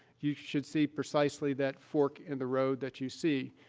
you should see precisely that fork in the road that you see.